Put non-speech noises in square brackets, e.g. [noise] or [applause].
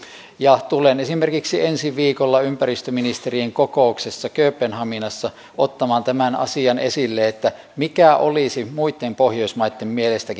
ja tulen esimerkiksi ensi viikolla ympäristöministerien kokouksessa kööpenhaminassa ottamaan tämän asian esille että mikä olisi muittenkin pohjoismaitten mielestä [unintelligible]